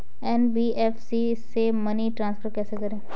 NBFC से money transfer कैसे करें?